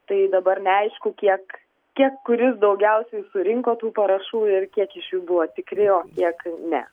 tai dabar neaišku kiek kiek kuris daugiausiai surinko tų parašų ir kiek iš jų buvo tikri o kiek ne